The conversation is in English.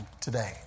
today